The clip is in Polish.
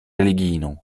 religijną